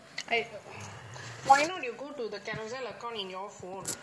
!aiyo! why not you go to the carousell account in your phone